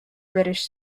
british